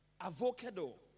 avocado